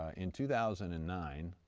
ah in two thousand and nine,